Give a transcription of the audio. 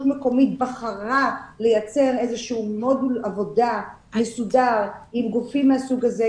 מקומית בחרה לייצר איזשהו מודול עבודה מסודר עם גופים מהסוג הזה,